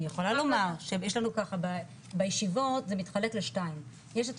אני יכולה לומר שיש לנו ככה בישיבות זה מתחלק לשניים יש את